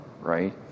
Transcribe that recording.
right